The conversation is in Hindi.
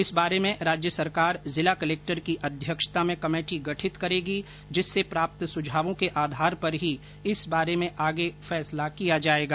इस बारे में राज्य सरकार जिला कलक्टर की अध्यक्षता में कमेटी गठित करेगी जिससे प्राप्त सुझावों के आधार पर ही इस बारे में आगे फैसला किया जाएगा